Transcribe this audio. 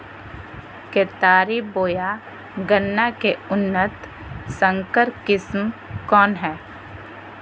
केतारी बोया गन्ना के उन्नत संकर किस्म कौन है?